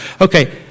Okay